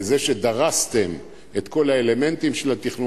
בזה שדרסתם את כל האלמנטים של התכנון,